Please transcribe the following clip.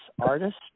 artist